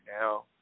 now